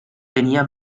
tenia